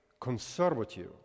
conservative